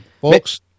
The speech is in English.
folks